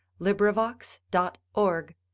LibriVox.org